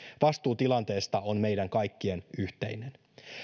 vastuu tilanteesta on meidän kaikkien yhteinen